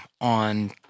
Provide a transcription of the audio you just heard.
on